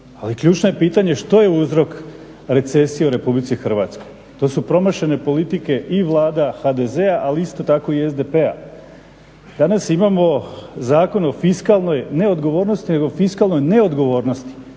Ali ključno je pitanje što je uzrok recesije u Republici Hrvatskoj. To su promašene politike i vlada HDZ-a, ali isto tako i SDP-a. Danas imamo Zakon o fiskalnoj ne odgovornosti nego fiskalnoj neodgovornosti.